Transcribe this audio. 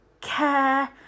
care